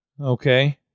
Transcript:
Okay